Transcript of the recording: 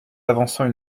avançant